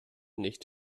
nicht